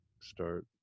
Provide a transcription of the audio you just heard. start